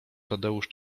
tadeusz